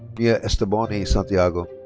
mia esteboni santiago.